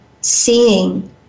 seeing